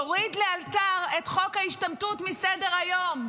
תוריד לאלתר את חוק ההשתמטות מסדר-היום.